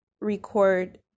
record